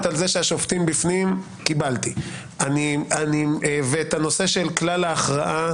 על זה שהשופטים בפנים קיבלתי; ואת הנושא של כלל ההכרעה,